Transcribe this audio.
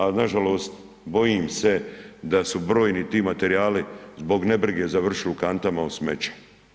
Ali nažalost, bojim se da su brojni ti materijali zbog nebrige završili u kantama za smeće.